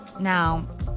Now